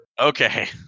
Okay